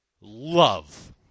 love